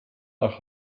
nach